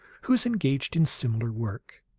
who is engaged in similar work.